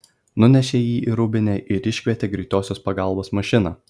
nunešė jį į rūbinę ir iškvietė greitosios pagalbos mašiną